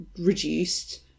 reduced